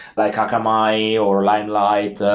like akamai, or limelight,